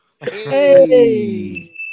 Hey